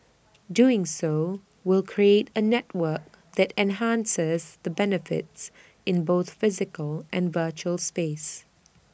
doing so will create A network that enhances the benefits in both physical and virtual space